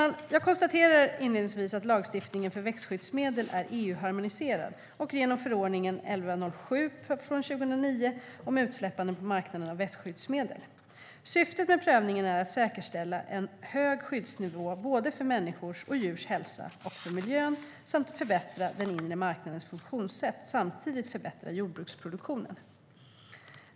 Jag konstaterar inledningsvis att lagstiftningen för växtskyddsmedel är EU-harmoniserad genom förordning 1107/2009 om utsläppande på marknaden av växtskyddsmedel. Syftet med prövningen är att säkerställa en hög skyddsnivå både för människors och djurs hälsa och för miljön samt att förbättra den inre marknadens funktionssätt och samtidigt förbättra jordbruksproduktionen.